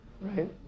Right